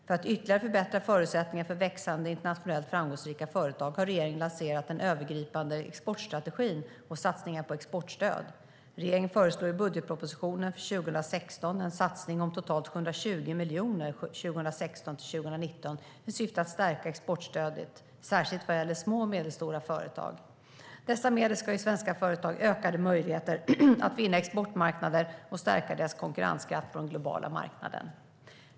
För att ytterligare förbättra förutsättningarna för växande, internationellt framgångsrika företag har regeringen lanserat den övergripande exportstrategin och satsningar på exportstöd. Regeringen föreslår i budgetpropositionen för 2016 en satsning om totalt 720 miljoner kronor 2016-2019 i syfte att stärka exportstödet, särskilt vad gäller de små och medelstora företagen. Dessa medel ska ge svenska företag ökade möjligheter till att finna exportmarknader och stärka deras konkurrenskraft på den globala marknaden.